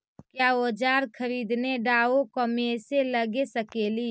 क्या ओजार खरीदने ड़ाओकमेसे लगे सकेली?